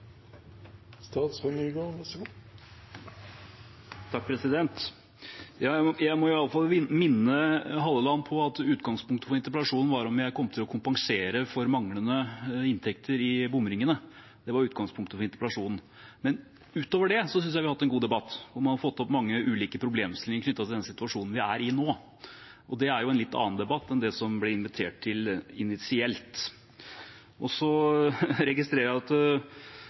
Jeg må iallfall minne representanten Halleland om at utgangspunktet for interpellasjonen var om jeg kom til å kompensere for manglende inntekter i bomringene. Det var utgangspunktet for interpellasjonen. Men utover det synes jeg vi har hatt en god debatt, hvor vi har fått opp mange ulike problemstillinger knyttet til den situasjonen vi er i nå. Men det er jo en litt annen debatt enn den som det ble invitert til initielt. Jeg registrerer at representanten ikke er fornøyd med svaret, men samtidig fikk jeg